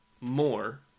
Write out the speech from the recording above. more